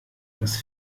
dass